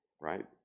Right